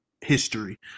history